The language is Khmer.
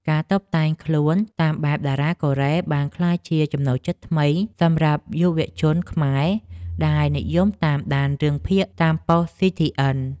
ការតុបតែងខ្លួនតាមបែបតារាកូរ៉េបានក្លាយជាចំណូលចិត្តថ្មីសម្រាប់យុវជនខ្មែរដែលនិយមតាមដានរឿងភាគតាមប៉ុស្តិ៍ស៊ីធីអិន។